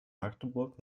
magdeburg